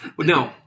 No